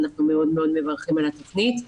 אנחנו מאוד מאוד מברכים על התוכנית.